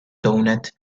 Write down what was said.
donut